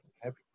heavy